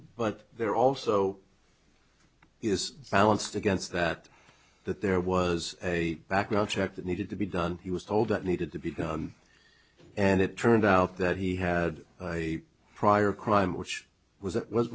but there are also is balanced against that that there was a background check that needed to be done he was told it needed to be done and it turned out that he had a prior crime which was that was